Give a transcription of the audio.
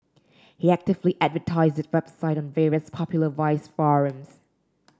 he actively advertised the website on various popular vice forums